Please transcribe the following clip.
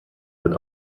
wird